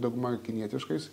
dauguma kinietiškais